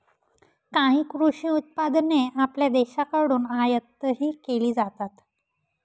काही कृषी उत्पादने आपल्या देशाकडून आयातही केली जातात